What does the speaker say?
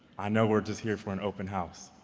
i know we're just here for an open house.